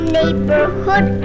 neighborhood